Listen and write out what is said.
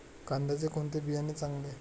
कांद्याचे कोणते बियाणे चांगले?